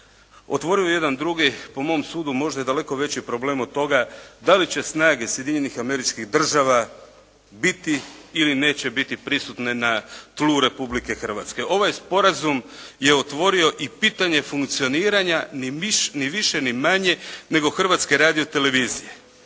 otvorio je jedan drugi, po mom sudu možda i daleko veći problem od toga da li će snage Sjedinjenih Američkih Država biti ili neće biti prisutne na tlu Republike Hrvatske. Ovaj sporazum je otvorio i pitanje funkcioniranja ni više ni manje nego Hrvatsko radiotelevizije.